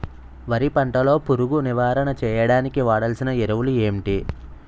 వరి పంట లో పురుగు నివారణ చేయడానికి వాడాల్సిన ఎరువులు ఏంటి?